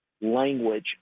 language